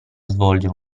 svolgere